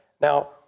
Now